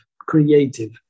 creative